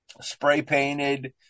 spray-painted